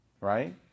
Right